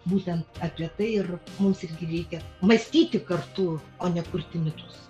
būtent apie tai ir mums irgi reikia mąstyti kartu o ne kurti mitus